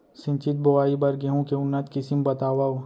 सिंचित बोआई बर गेहूँ के उन्नत किसिम बतावव?